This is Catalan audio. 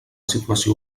situació